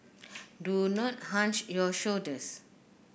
do not hunch your shoulders